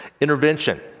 Intervention